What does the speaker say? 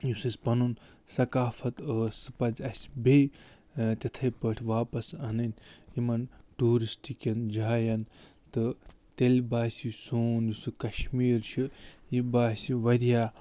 یُس اَسہِ پَنُن سقافت ٲسۍ سُہ پَزِ اَسہِ بیٚیہِ تِتھٕے پٲٹھۍ واپَس اَنٕنۍ یِمَن ٹوٗرِسٹہٕ کیٚن جایَن تہٕ تیٚلہِ باسہِ یہِ سون کَشمیٖر چھِ یہِ باسہِ واریاہ